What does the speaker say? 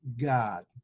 God